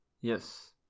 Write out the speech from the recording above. yes